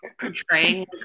portraying